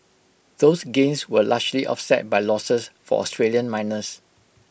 those gains were largely offset by losses for Australian miners